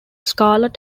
scarlett